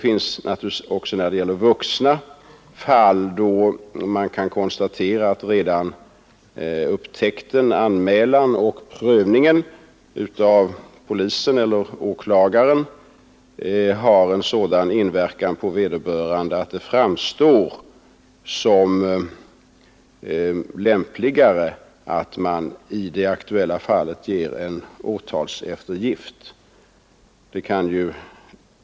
Även när det gäller vuxna finns det fall, där man kan konstatera att redan upptäckten, anmälan och prövningen av polisen eller åklagaren har sådan inverkan på vederbörande att det framstår som lämpligare att i det aktuella fallet ge åtalseftergift.